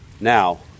Now